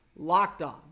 LOCKEDON